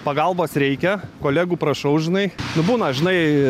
pagalbos reikia kolegų prašau žinai būna žinai